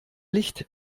licht